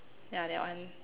yeah that one